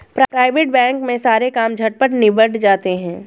private bank में सारे काम झटपट निबट जाते हैं